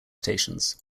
stations